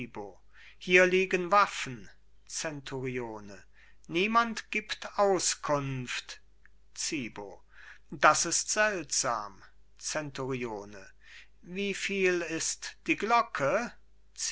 hier liegen waffen zenturione niemand gibt auskunft zibo das ist seltsam zenturione wieviel ist die glocke